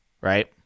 Right